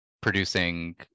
producing